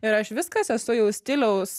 ir aš viskas esu jau stiliaus